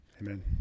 Amen